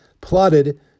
plotted